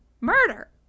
murder